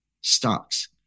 stocks